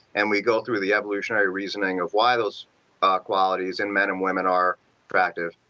and we go through the evolutionary reasoning of why those ah qualities in men and women are attractive